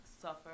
suffer